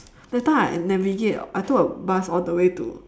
that time I navigate I took a bus all the way to